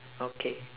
okay